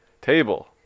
Table